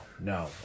No